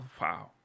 Wow